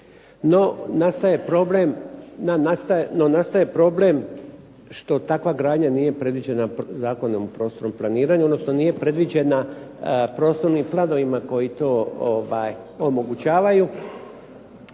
No nastaje problem što takva gradnja nije predviđena Zakonom o prostornom planiranju, odnosno nije predviđena prostornim planovima koji to omogućavaju.